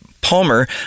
Palmer